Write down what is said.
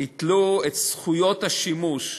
יתלו את זכויות השימוש,